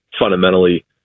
fundamentally